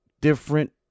different